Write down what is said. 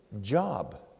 job